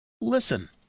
Listen